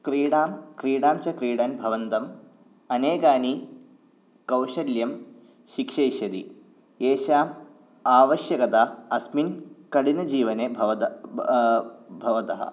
क्रीडां क्रीडां च क्रीडन् भवन्तम् अनेकानि कौशल्यं शिक्षयिष्यति एषा आवश्यकता अस्मिन् कठिनजीवने भवत् भवतः